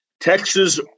Texas